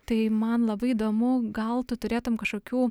tai man labai įdomu gal tu turėtum kažkokių